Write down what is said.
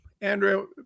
Andrew